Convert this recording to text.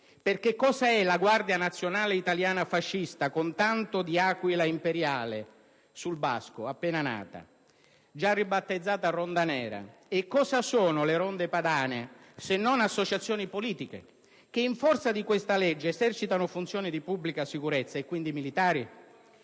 perché cos'è la Guardia nazionale italiana fascista, con tanto di aquila imperiale sul basco, appena nata e già ribattezzata "ronda nera"? E cosa sono le ronde padane se non associazioni politiche che, in forza di questa legge, esercitano funzioni di pubblica sicurezza e quindi militari?